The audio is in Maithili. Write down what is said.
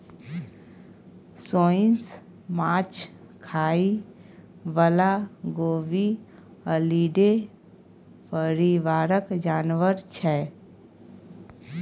सोंइस माछ खाइ बला गेबीअलीडे परिबारक जानबर छै